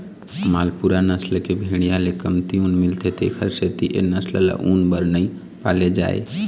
मालपूरा नसल के भेड़िया ले कमती ऊन मिलथे तेखर सेती ए नसल ल ऊन बर नइ पाले जाए